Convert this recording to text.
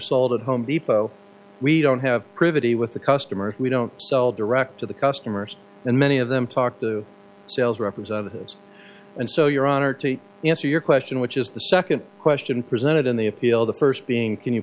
sold at home depot we don't have proven he with the customer we don't sell direct to the customers and many of them talk the sales representatives and so your honor to answer your question which is the second question presented in the appeal the first being can you